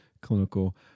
clinical